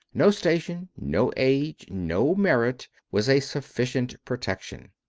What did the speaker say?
no station, no age, no merit, was a sufficient protection.